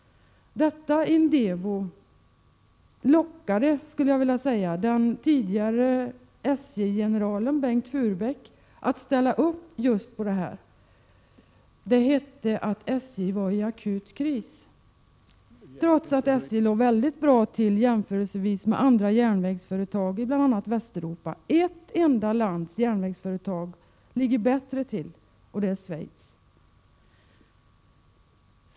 Detta företag lockade, skulle jag vilja säga, den tidigare SJ-generalen Bengt Furbäck att ställa upp just på det här. Det hette att SJ var i akut kris, trots att SJ låg väldigt bra till jämfört med andra järnvägsföretag i bl.a. Västeuropa. Ett enda lands järnvägsföretag ligger bättre till, och det är Schweiz järnvägsföretag.